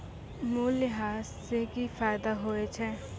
मूल्यह्रास से कि फायदा होय छै?